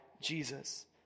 jesus